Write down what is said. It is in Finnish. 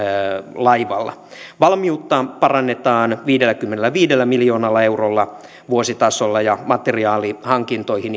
laivalla valmiutta parannetaan viidelläkymmenelläviidellä miljoonalla eurolla vuositasolla ja materiaalihankintoihin